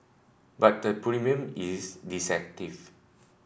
but the premium is deceptive